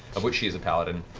of which she's a paladin,